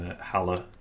Haller